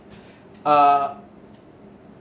uh